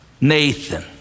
Nathan